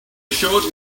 showed